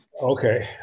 Okay